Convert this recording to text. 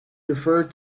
referred